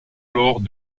alors